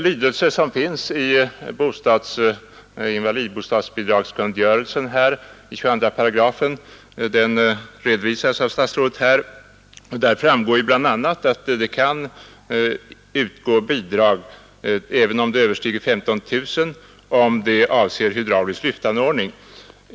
Lydelsen av räntelånekungörelsen, 22 §, redovisades av statsrådet. Där framgår bl.a. att det kan utgå bidrag överstigande 15 000 kronor, om det avser hydraulisk lyftanordning.